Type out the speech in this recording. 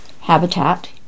habitat